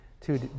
Two